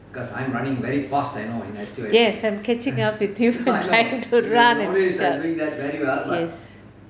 yes I am catching up with you I'm trying to run and catch up yes